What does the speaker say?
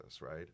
right